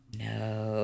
no